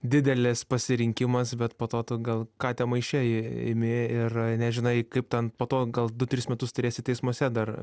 didelis pasirinkimas bet po to tu gal katę maiše imi ir nežinai kaip ten po to gal du tris metus turėsi teismuose dar